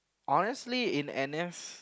honestly in n_s